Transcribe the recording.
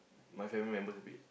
to my family members a bit